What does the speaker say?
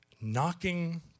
knocking